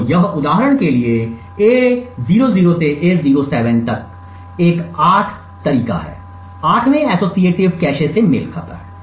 तो यह उदाहरण के लिए A00 से A07 एक 8 तरीका है 8 वे एसोसिएटेव कैश से मेल खाता है